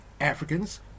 Africans